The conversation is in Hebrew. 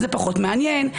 פחות מעניין,